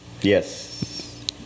Yes